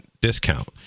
discount